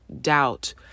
doubt